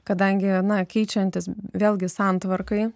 kadangi na keičiantis vėlgi santvarkai